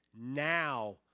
now